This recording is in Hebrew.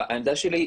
העמדה שלי,